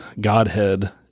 godhead